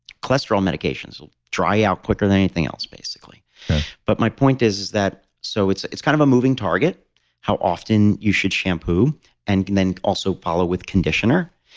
cholesterol medications will dry out quicker than anything else, basically but my point is, is that so it's it's kind of a moving target how often you should shampoo and then also follow with conditioner.